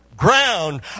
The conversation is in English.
ground